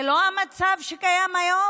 זה לא המצב שקיים היום?